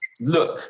look